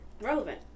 Relevant